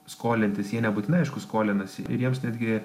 skolintis jie nebūtinai aišku skolinasi ir jiems netgi